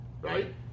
Right